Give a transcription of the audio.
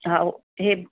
हा उहो हीअ